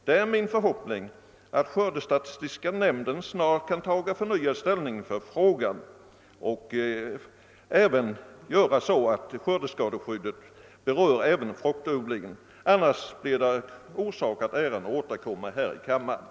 Det är min förhoppning att skördestatistiska nämnden snart kan ta förnyad ställning i frågan så att skördeskadeskyddet även berör fruktodlingen, annars blir det orsak att återkomma här 1 kammaren.